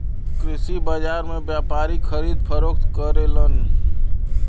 कृषि बाजार में व्यापारी खरीद फरोख्त करलन